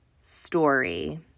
story